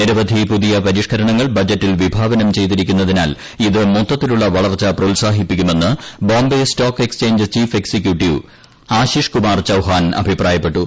നിരവധി പുതിയ പരിഷ്ക്കരണങ്ങൾ ബജ്റ്റിൽ വിഭാവനം ചെയ്തിരിക്കുന്നതിനാൽ ഇത് മൊത്ത്യത്തിലുള്ള വളർച്ച പ്രോത്സാഹിപ്പിക്കുമെന്ന് ബ്രോക്ക്ബ് stock exchange chief executive Ashishkumar Chauhan അഭിപ്രായപ്പെട്ടു